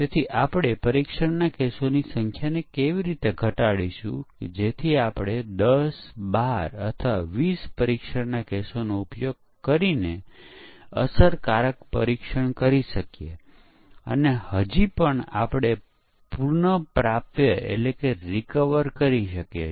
અને આ પરીક્ષણના કેસો ડિઝાઇન કરાયેલા તમામ પરીક્ષણ કેસોના સમૂહને પરીક્ષણ સ્યુટકહેવામાં આવે છે જે પરિભાષા છે જે સામાન્ય રીતે વપરાય છે